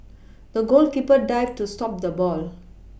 the goalkeeper dived to stop the ball